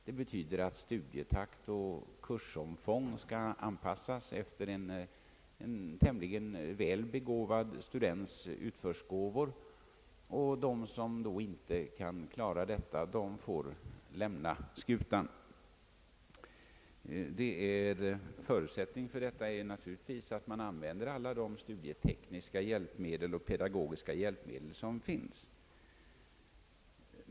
Det betyder att studietakt och kursomfång skall anpassas efter en tämligen väl begåvad students utförsgåvor, och de som inte kan klara dessa krav får lämna skutan. Förutsättningen härför är naturligtvis att man använder de studietekniska och pedagogiska hjälpmedel som finns.